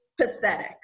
pathetic